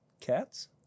cats